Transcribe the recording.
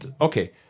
okay